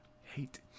Hate